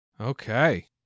Okay